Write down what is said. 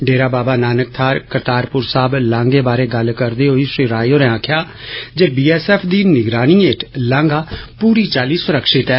डेरा बाबा नानक थाहर करतारपुर साहब लांघे बारै गल्ल करदे होई श्री राय होरें आक्खेआ जे बी एस एफ दी निगरानी हेठ लांघा पूरी चाल्ली सुरक्षित ऐ